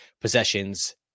possessions